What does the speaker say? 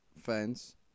fans